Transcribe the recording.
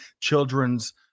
children's